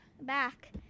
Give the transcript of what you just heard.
back